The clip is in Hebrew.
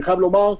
אני חייב לומר,